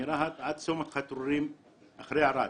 מרהט עד צומת חתרורים אחרי ערד.